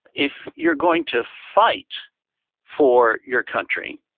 if you're going to fight for your country,